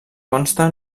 consta